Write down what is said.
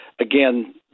Again